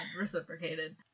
reciprocated